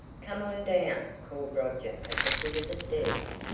come on down, called roger at the foot of the stairs,